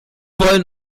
wollen